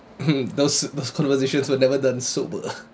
those those conversations were never done sober